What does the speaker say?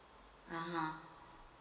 (uh huh)